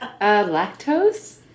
lactose